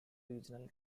regional